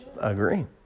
Agree